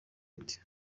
uti